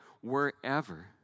wherever